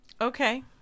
okay